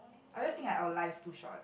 I just think that our life's too short